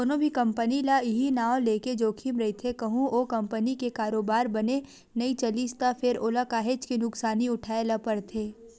कोनो भी कंपनी ल इहीं नांव लेके जोखिम रहिथे कहूँ ओ कंपनी के कारोबार बने नइ चलिस त फेर ओला काहेच के नुकसानी उठाय ल परथे